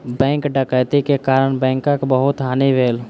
bank डकैती के कारण बैंकक बहुत हानि भेल